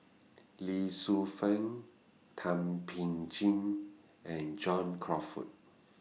Lee Shu Fen Thum Ping Tjin and John Crawfurd